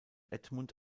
edmund